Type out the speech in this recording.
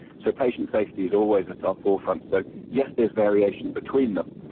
so patient safety is always at our forefront. so yes, there is variation between them,